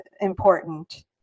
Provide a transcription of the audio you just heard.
important